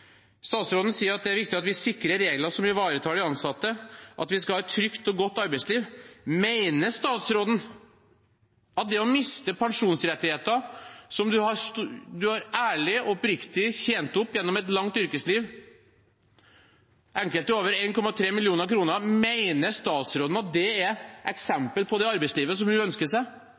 Statsråden sier at det er viktig at vi sikrer regler som ivaretar de ansatte, at vi skal ha et trygt og godt arbeidsliv. Mener statsråden at det å miste pensjonsrettigheter, som en på ærlig vis har tjent opp gjennom et langt yrkesliv, enkelte over 1,3 mill. kr, er et eksempel på det arbeidslivet hun ønsker seg? Jeg kunne godt tenke meg at hun kom opp på